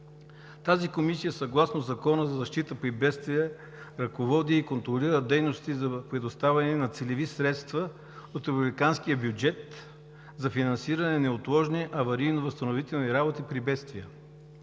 Тази комисия съгласно Закона за защита при бедствия ръководи и контролира дейности за предоставяне на целеви средства от републиканския бюджет за финансиране на неотложни аварийно възстановителни работи при бедствия.